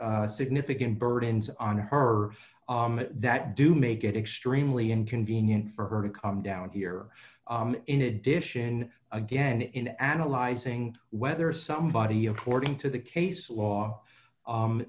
significant burdens on her that do make it extremely inconvenient for her to come down here in addition again in analyzing whether somebody important to the case law